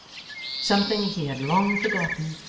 something he had long forgotten,